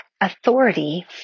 authority